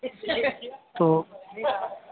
تو